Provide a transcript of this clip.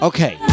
Okay